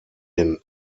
den